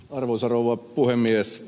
arvoisa rouva puhemies